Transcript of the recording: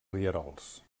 rierols